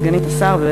סגנית השר,